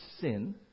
sin